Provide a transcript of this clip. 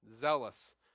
zealous